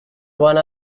one